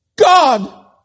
God